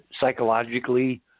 psychologically